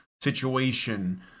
situation